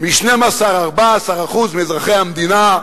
מ-12% 14% מאזרחי המדינה,